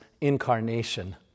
incarnation